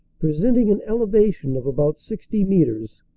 presenting an elevation of about sixty metres,